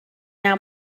now